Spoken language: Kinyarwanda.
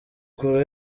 kure